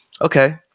okay